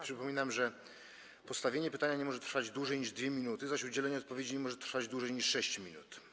Przypominam, że postawienie pytania nie może trwać dłużej niż 2 minuty, zaś udzielenie na nie odpowiedzi nie może trwać dłużej niż 6 minut.